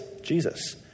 Jesus